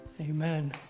Amen